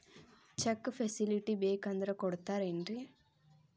Check facility ಬೇಕಂದ್ರ ಕೊಡ್ತಾರೇನ್ರಿ?